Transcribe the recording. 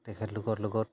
তেখেতলোকৰ লগত